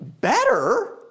better